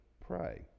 pray